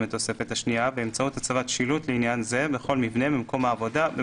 בתוספת השנייה באמצעות הצבת שילוט לעניין זה בכל מבנה במקום העבודה,